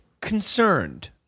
concerned